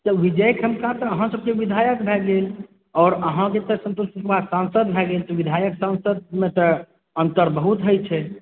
तऽ विजय तऽ अहाँसबके विधायक भए गेल और अहाँके तऽ संतोष कुमार सांसद भए गेल तऽ विधायक सांसद मे तऽ अन्तर बहुत होइ छै